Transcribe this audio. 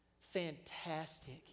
Fantastic